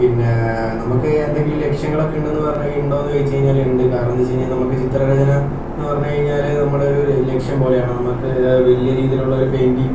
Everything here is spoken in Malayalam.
പിന്നെ നമുക്ക് എന്തെങ്കിലും ലക്ഷ്യങ്ങളൊക്കെ ഉണ്ടെന്നുപറ ഉണ്ടോയെന്നു ചോദിച്ചുകഴിഞ്ഞാൽ ഉണ്ട് കാരണമെന്താണെന്നുവെച്ചുകഴിഞ്ഞാൽ നമുക്ക് ചിത്രരചന എന്ന് പറഞ്ഞുകഴിഞ്ഞാൽ നമ്മളൊരു ലക്ഷ്യം പോലെയാണ് നമുക്ക് വലിയ രീതിയിലുള്ളൊരു പെയിൻറ്റിങ്